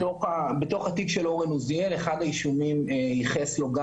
בתוך התיק של אורן עוזיאל אחד האישומים ייחס לו גם